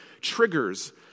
triggers